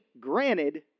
granted